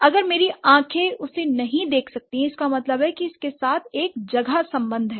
अगर मेरी आँखें उसे नहीं देख सकतीं इसका मतलब है कि इस के साथ एक अंतरिक्ष संबंध है